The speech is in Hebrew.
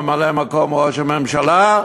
ממלא מקום ראש הממשלה,